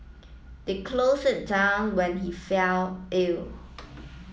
they closed it down when he fell ill